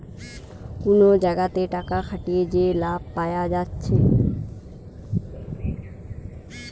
কুনো জাগাতে টাকা খাটিয়ে যে লাভ পায়া যাচ্ছে